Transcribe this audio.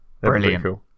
brilliant